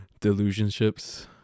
delusionships